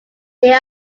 there